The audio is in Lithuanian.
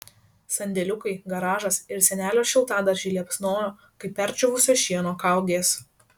sandėliukai garažas ir senelio šiltadaržiai liepsnojo kaip perdžiūvusio šieno kaugės